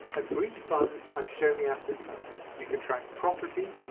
and for each fund i've shown the asset type. you can track property,